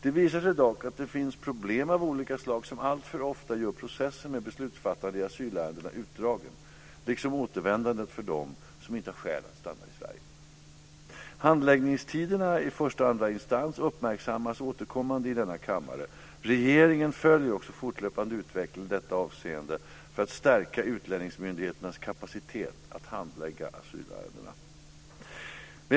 Det visar sig dock att det finns problem av olika slag som alltför ofta gör processen med beslutsfattande i asylärendena utdragen, liksom återvändandet för dem som inte har skäl att stanna i Sverige. Handläggningstiderna i första och andra instans uppmärksammas återkommande i denna kammare. Regeringen följer också fortlöpande utvecklingen i detta avseende för att stärka utlänningsmyndigheternas kapacitet att handlägga asylärenden.